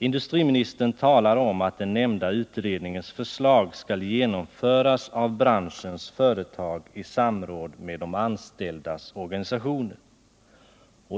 Industriministern talar om att den nämnda utredningens förslag skall genomföras av branschens företag i samråd med de anställdas organisationer.